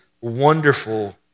wonderful